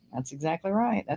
that's exactly right.